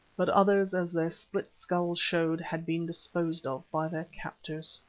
but others, as their split skulls showed had been disposed of by their captors.